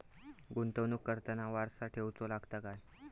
गुंतवणूक करताना वारसा ठेवचो लागता काय?